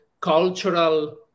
cultural